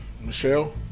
Michelle